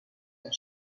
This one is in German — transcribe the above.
der